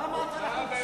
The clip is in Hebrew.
למה אתה לחוץ?